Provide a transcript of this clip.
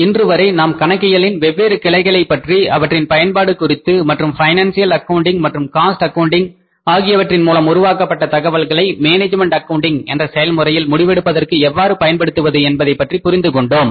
இன்றுவரை நாம் கணக்கியலின் வெவ்வேறு கிளைகளை பற்றி அவற்றின் பயன்பாடு குறித்து மற்றும் பைனான்சியல் அக்கவுன்டிங் மற்றும் cost accounting Financial Accounting Cost Accounting ஆகியவற்றின் மூலம் உருவாக்கப்பட்ட தகவல்களை மேனேஜ்மெண்ட் அக்கவுண்டிங் என்ற செயல்முறையில் முடிவெடுப்பதற்கு எவ்வாறு பயன்படுத்துவது என்பதை பற்றி புரிந்து கொண்டோம்